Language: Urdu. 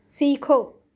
سیکھو